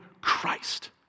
Christ